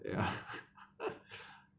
ya